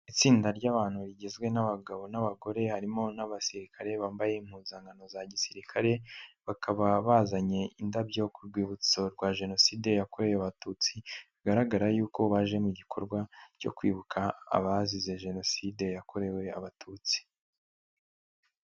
Itsinda ry'abantu rigizwe n'abagabo n'abagore harimo n'abasirikare bambaye impunzankano za gisirikare, bakaba bazanye indabyo ku rwibutso rwa jenoside yakorewe abatutsi bigaragara yuko baje mu gikorwa cyo kwibuka abazize jenoside yakorewe abatutsi.